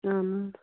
اَہَن حظ